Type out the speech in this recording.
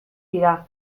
dira